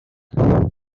how